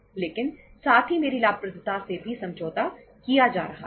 लेकिन साथ ही मेरी लाभप्रदता से भी समझौता किया जा रहा है